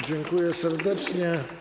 Dziękuję serdecznie.